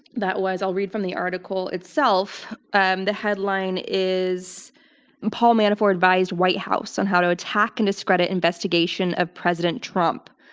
that was, i'll read from the article itself. um the headline is paul manafort advised white house on how to attack and discredit investigation of president trump.